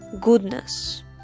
goodness